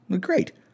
Great